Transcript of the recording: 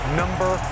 number